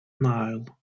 nile